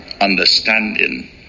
understanding